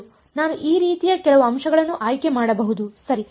1 ಆದ್ದರಿಂದ ನಾನು ಈ ರೀತಿಯ ಕೆಲವು ಅಂಶಗಳನ್ನು ಆಯ್ಕೆ ಮಾಡಬಹುದು ಸರಿ